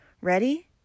Ready